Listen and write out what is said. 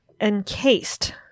encased